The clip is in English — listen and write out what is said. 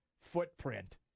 footprint